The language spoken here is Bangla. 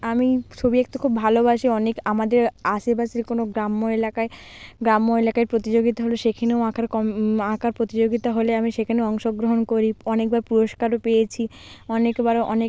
আমি ছবি আঁকতে খুব ভালোবাসি অনেক আমাদের আশেপাশের কোনও গ্রাম্য এলাকায় গ্রাম্য এলাকায় প্রতিযোগিতা হলে সেখানেও আঁকার আঁকার প্রতিযোগিতা হলে আমি সেখানে অংশগ্রহণ করি অনেকবার পুরস্কারও পেয়েছি অনেকবারও অনেকে